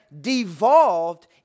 devolved